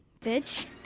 bitch